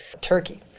turkey